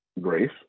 Grace